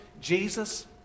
Jesus